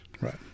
Right